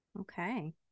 Okay